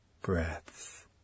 breaths